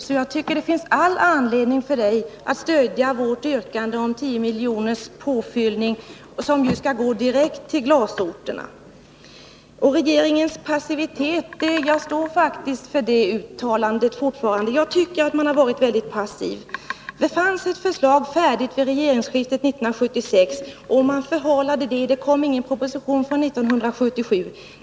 Jag tycker därför att det finns all aniedning för Gösta Andersson att stödja vårt yrkande om en påfyllning med 10 miljoner som går direkt till glasbruksorterna. Jag står fast vid mitt uttalande om regeringens passivitet. Jag tycker faktiskt att regeringen varit väldigt passiv. Det fanns ett färdigt förslag vid regeringsskiftet 1976. Sedan förhalades ärendet, och det kom ingen proposition förrän 1977.